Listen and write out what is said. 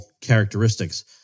characteristics